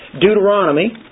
Deuteronomy